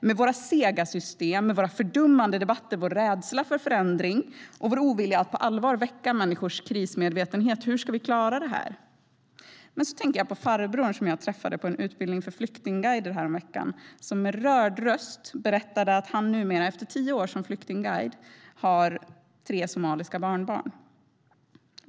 Med våra sega system, våra fördummande debatter, vår rädsla för förändring och vår ovilja att på allvar väcka människors krismedvetenhet - hur ska vi klara det här? Sedan tänker jag på farbrodern jag träffade på en utbildning för flyktingguider häromveckan. Han berättade med rörd röst att han numera, efter tio år som flyktingguide, har tre somaliska barnbarn.